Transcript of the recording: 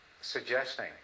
suggesting